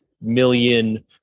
million